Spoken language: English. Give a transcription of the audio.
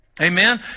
Amen